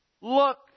Look